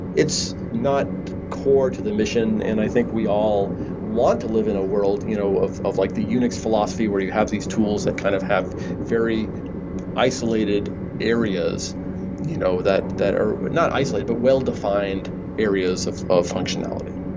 it's not core to the mission, and i think we all want to live in a world you know of of like the unix philosophy where you have these tools that kind of have very isolated areas you know that that are not isolated, but well-defined areas of of functionality.